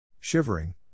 Shivering